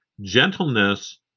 gentleness